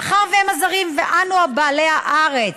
מאחר שהם הזרים ואנו בעלי הארץ,